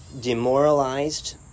demoralized